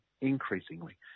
increasingly